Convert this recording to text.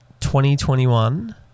2021